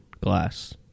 glass